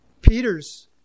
Peter's